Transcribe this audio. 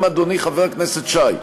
גם אדוני חבר הכנסת שי,